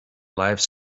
lives